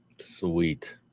Sweet